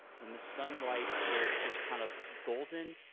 when the sunlight is just kind of golden,